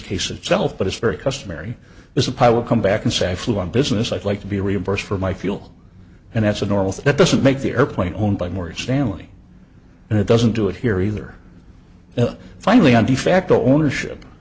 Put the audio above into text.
case itself but it's very customary is a pilot come back and say flew on business i'd like to be reimbursed for my fuel and that's a normal thing that doesn't make the airplane owned by morgan stanley and it doesn't do it here either and finally on de facto ownership